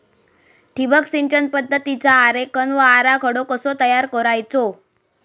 ठिबक सिंचन पद्धतीचा आरेखन व आराखडो कसो तयार करायचो?